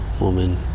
woman